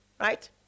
Right